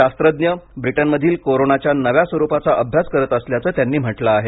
शास्त्रज्ञ ब्रिटनमधील कोरोनाच्या नव्या स्वरूपाचा अभ्यास करत असल्याचं त्यांनी म्हटलं आहे